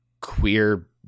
queer